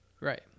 Right